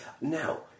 Now